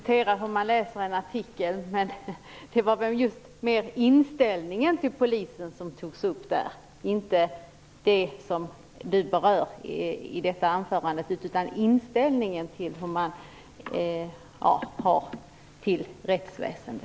Herr talman! Jag behöver inte diskutera hur man läser en artikel. Det var väl mera inställningen till polisen och rättsväsendet som togs upp där, inte det som Michael Stjernström berör i sitt anförande.